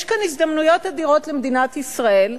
יש כאן הזדמנויות אדירות למדינת ישראל,